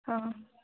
অঁ